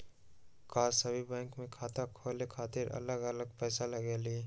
का सभी बैंक में खाता खोले खातीर अलग अलग पैसा लगेलि?